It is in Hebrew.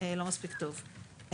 מספיק טוב.